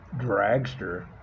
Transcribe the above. dragster